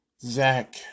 Zach